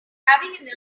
having